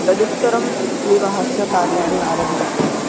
तदुत्तरं विवहस्य कार्याणि आरभन्ते